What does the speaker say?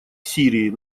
сирии